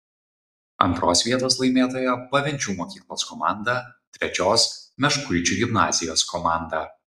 antros vietos laimėtoja pavenčių mokyklos komanda trečios meškuičių gimnazijos komanda